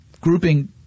grouping